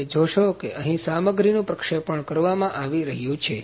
તમે જોશો કે અહીં સામગ્રીનું પ્રક્ષેપણ કરવામાં આવી રહ્યું છે